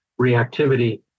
reactivity